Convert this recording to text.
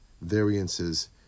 variances